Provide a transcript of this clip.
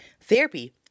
therapy